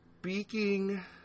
speaking